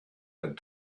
had